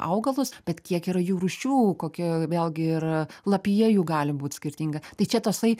augalus bet kiek yra jų rūšių kokie vėlgi ir lapija jų gali būt skirtinga tai čia tasai